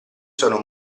sono